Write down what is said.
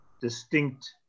distinct